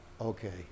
okay